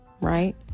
right